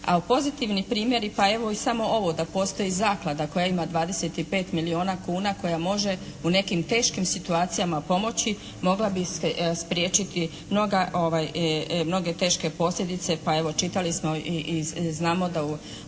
a pozitivni primjeri pa evo i samo ovo da postoji zaklada koja ima 25 milijuna kuna koja može u nekim teškim situacijama pomoći mogla bi spriječiti mnoge teške posljedice. Pa evo čitali smo i znamo da su